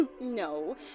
No